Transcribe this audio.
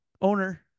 owner